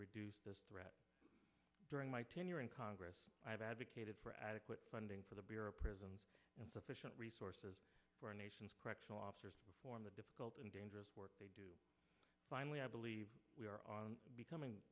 reduce this threat during my tenure in congress i have advocated for adequate funding for the bureau of prisons and sufficient resources for a nation's correctional officers for the difficult and dangerous work they do finally i believe we are on becoming